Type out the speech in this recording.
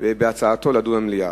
בהצעתו לדון במליאה.